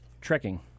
trekking